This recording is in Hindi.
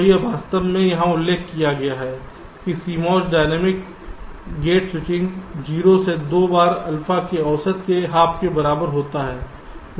तो यह वास्तव में यहां उल्लेख किया गया है कि CMOS डायनेमिक गेट स्विचिंग 0 से 2 बार अल्फा के औसत के हाफ बराबर होने पर होता है